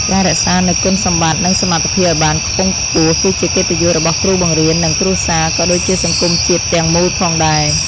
ការរក្សានូវគុណសម្បត្តិនិងសមត្ថភាពឱ្យបានខ្ពង់ខ្ពស់គឺជាកិត្តិយសរបស់គ្រូបង្រៀននិងគ្រួសារក៏ដូចជាសង្គមជាតិទាំងមូលផងដែរ។